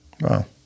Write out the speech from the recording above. Wow